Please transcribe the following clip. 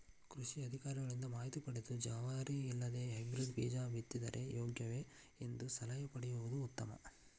ಕೃಷಿ ಅಧಿಕಾರಿಗಳಿಂದ ಮಾಹಿತಿ ಪದೆದು ಜವಾರಿ ಇಲ್ಲವೆ ಹೈಬ್ರೇಡ್ ಬೇಜ ಬಿತ್ತಿದರೆ ಯೋಗ್ಯವೆ? ಎಂಬ ಸಲಹೆ ಪಡೆಯುವುದು ಉತ್ತಮ